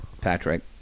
Patrick